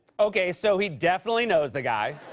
okay, so he definitely knows the guy.